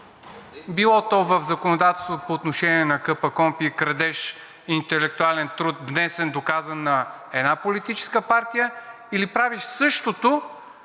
било то в законодателството по отношение на КПКОНПИ и крадеш интелектуален труд, внесен, доказан, на една политическа партия, или правиш същото,